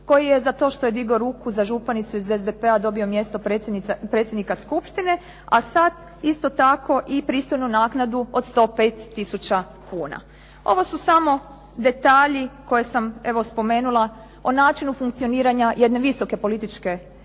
koji je za to što je digao ruku za županicu iz SDP-a dobio mjesto predsjednika Skupštine, a sad isto tako i pristojnu naknadu od 105000 kuna. Ovo su samo detalji koje sam evo spomenula o načinu funkcioniranja jedne visoke političke